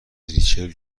ریچل